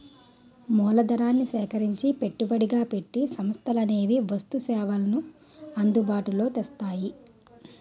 మూలధనాన్ని సేకరించి పెట్టుబడిగా పెట్టి సంస్థలనేవి వస్తు సేవల్ని అందుబాటులో తెస్తాయి